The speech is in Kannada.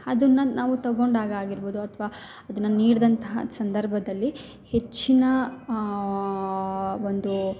ಅದನ್ನ ನಾವು ತೊಗೊಂಡಾಗ ಆಗಿರ್ಬೋದು ಅಥ್ವ ಅದನ್ನ ನೀಡ್ದಂತಹ ಸಂದರ್ಭದಲ್ಲಿ ಹೆಚ್ಚಿನ ಒಂದು